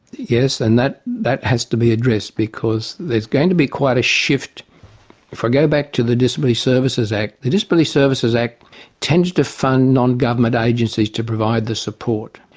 yes, and that that has to be addressed, because there's going to be quite a shift if i go back to the disability services act, the disability services act tended to fund non-government agencies to provide the support.